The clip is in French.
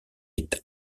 est